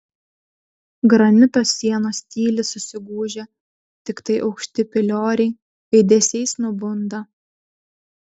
granito sienos tyli susigūžę tiktai aukšti pilioriai aidesiais nubunda